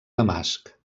damasc